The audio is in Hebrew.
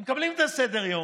הם מקבלים את סדר-היום.